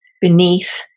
beneath